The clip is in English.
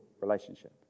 relationship